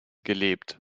gelebt